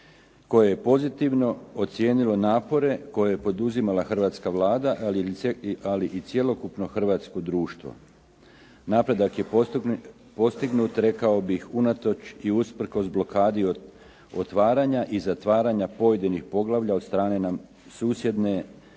koje je pozitivno ocijenilo napore koje je poduzimala hrvatska Vlada, ali i cjelokupno hrvatsko društvo. Napredak je postignut rekao bih unatoč i usprkos blokadi otvaranja i zatvaranja pojedinih poglavlja od strane nam susjedne